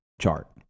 chart